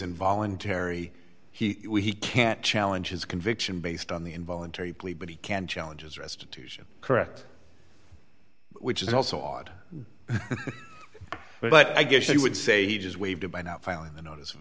involuntary he can't challenge his conviction based on the involuntary plea but he can challenge as restitution correct which is also odd but i guess you would say has waived by now filing the notice of